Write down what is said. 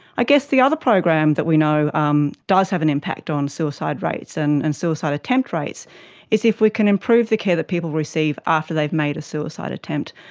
i guess the other program that we know um does have an impact on suicide rates and and suicide attempt rates is if we can improve the care that people receive after they've made a suicide attempt,